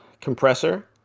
compressor